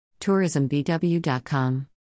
TourismBW.com